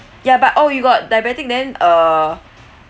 ya but oh you got diabetic then uh